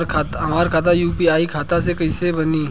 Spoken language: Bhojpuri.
हमार खाता यू.पी.आई खाता कईसे बनी?